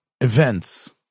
events